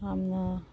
ꯌꯥꯝꯅ